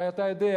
הרי אתה יודע,